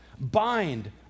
bind